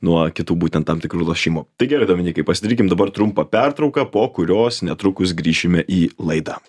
nuo kitų būtent tam tikrų lošimų tai gerai dominykai pasidarykim dabar trumpą pertrauką po kurios netrukus grįšime į laidą